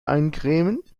eincremen